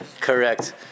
Correct